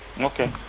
Okay